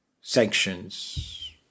sanctions